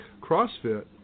CrossFit